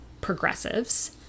progressives